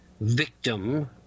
victim